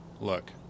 look